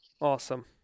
Awesome